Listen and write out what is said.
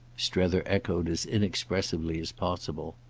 strether echoed as inexpressively as possible.